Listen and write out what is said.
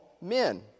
men